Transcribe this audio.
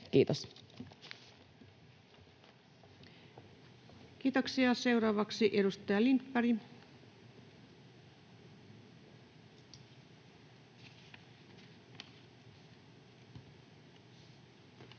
Kiitos. Kiitoksia. — Ja seuraavaksi edustaja Lindberg. Arvoisa